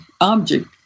object